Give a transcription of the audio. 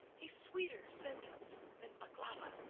a sweeter sentence than baklava,